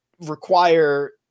require